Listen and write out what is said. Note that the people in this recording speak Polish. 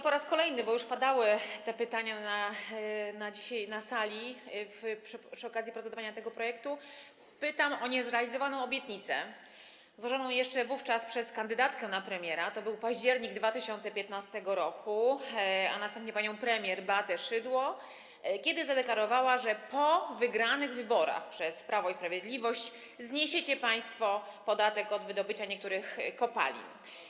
Po raz kolejny, bo już padały te pytania dzisiaj na sali przy okazji procedowania nad tym projektem, pytam o niezrealizowaną obietnicę złożoną przez wówczas kandydatkę na premiera - to był październik 2015 r. - a następnie panią premier Beatę Szydło, która zadeklarowała, że po wyborach wygranych przez Prawo i Sprawiedliwość zniesiecie państwo podatek od wydobycia niektórych kopalin.